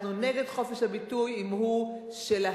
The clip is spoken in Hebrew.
אנחנו נגד חופש הביטוי אם הוא שלהם.